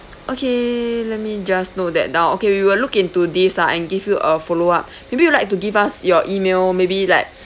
okay let me just note that now okay we will look into this lah and give you a follow up maybe you like to give us your email maybe like